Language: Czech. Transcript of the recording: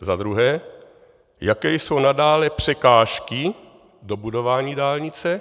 Za druhé: Jaké jsou nadále překážky dobudování dálnice?